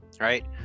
Right